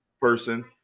person